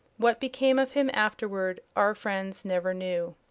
what became of him afterward our friends never knew.